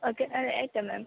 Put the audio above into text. okay അത് ആയിട്ടാണ് മാം